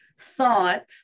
thought